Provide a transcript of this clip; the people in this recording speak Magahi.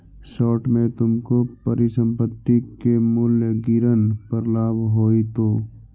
शॉर्ट में तुमको परिसंपत्ति के मूल्य गिरन पर लाभ होईतो